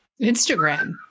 Instagram